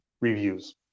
reviews